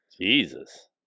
Jesus